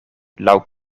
laŭ